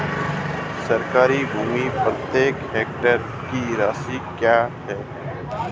सरकारी भूमि प्रति एकड़ की राशि क्या है?